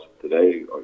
today